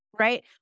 Right